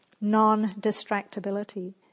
non-distractability